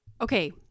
Okay